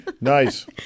Nice